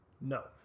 No